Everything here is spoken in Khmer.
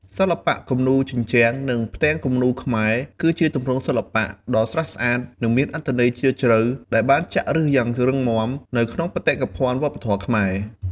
សិល្បៈគំនូរជញ្ជាំង និងផ្ទាំងគំនូរខ្មែរ គឺជាទម្រង់សិល្បៈដ៏ស្រស់ស្អាត និងមានអត្ថន័យជ្រាលជ្រៅ ដែលបានចាក់ឫសយ៉ាងរឹងមាំនៅក្នុងបេតិកភណ្ឌវប្បធម៌ខ្មែរ។